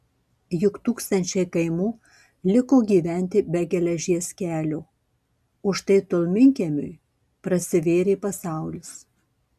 juk tūkstančiai kaimų liko gyventi be geležies kelio o štai tolminkiemiui prasivėrė pasaulis